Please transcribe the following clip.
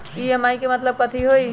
EMI के मतलब कथी होई?